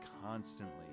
constantly